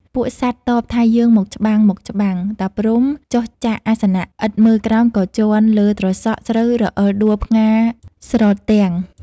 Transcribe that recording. ពួកសត្វតបថាយើងមកច្បាំងៗ តាព្រហ្មចុះចាកអាសនៈ ឥតមើលក្រោមក៏ជាន់លើត្រសក់ស្រូវរអិលដួលផ្ងារស្រទាំង។